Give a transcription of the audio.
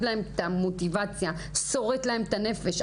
להם את המוטיבציה ושורט להם את הנפש.